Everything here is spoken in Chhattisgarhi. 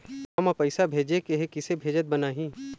गांव म पैसे भेजेके हे, किसे भेजत बनाहि?